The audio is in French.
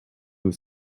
aux